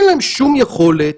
אין להן שום יכולת.